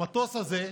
המטוס הזה,